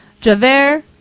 Javert